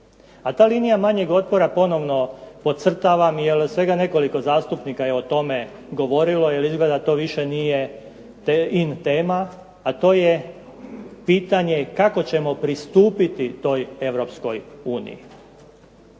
A ta linija manjeg otpora ponovno podcrtavam jer svega nekoliko zastupnika je o tome govorilo jer izgleda to više nije in tema, a to je pitanje kako ćemo pristupiti toj Europskoj uniji.